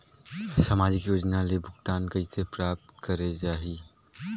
समाजिक योजना ले भुगतान कइसे प्राप्त करे जाहि?